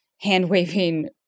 hand-waving